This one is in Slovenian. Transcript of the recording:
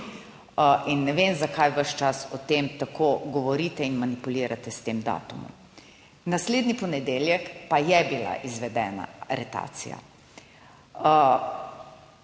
in ne vem, zakaj ves čas o tem tako govorite in manipulirate s tem datumom. Naslednji ponedeljek pa je bila izvedena aretacija.